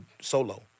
solo